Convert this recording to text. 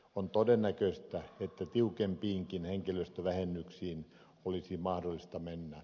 on todennäköistä että tiukempiinkin henkilöstövähennyksiin olisi mahdollista mennä